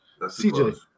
CJ